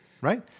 Right